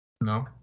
No